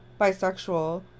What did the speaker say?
bisexual